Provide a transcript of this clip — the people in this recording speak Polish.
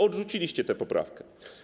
Odrzuciliście tę poprawkę.